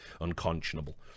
unconscionable